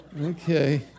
Okay